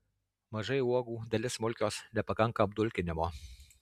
mažai uogų dalis smulkios nepakanka apdulkinimo